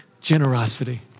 Generosity